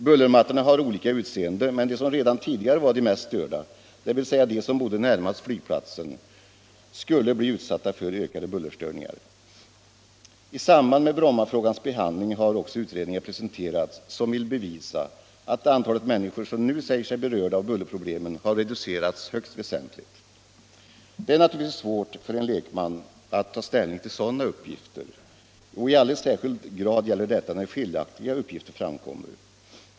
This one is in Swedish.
Bullermattorna har olika utseende men de som redan tidigare var de mest störda, dvs. de som bodde närmast flygplatsen, skulle bli utsatta för ökade bullerstörningar. I samband med Brommafrågans behandling har också utredningar presenterats som vill bevisa att antalet människor som nu säger sig berörda av bullerproblemen har reducerats högst väsentligt. Det är naturligtvis svårt för en lekman att ta ställning till sådana uppgifter. I alldeles särskild grad gäller detta när skiljaktiga uppgifter framkommer.